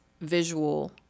visual